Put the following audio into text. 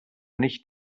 nicht